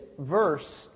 verse